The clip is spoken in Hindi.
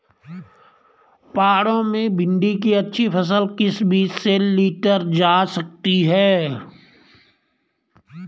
पहाड़ों में भिन्डी की अच्छी फसल किस बीज से लीटर जा सकती है?